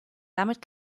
damit